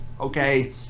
okay